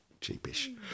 cheapish